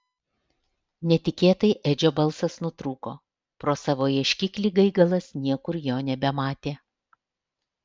netikėtai edžio balsas nutrūko pro savo ieškiklį gaigalas niekur jo nebematė